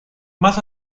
más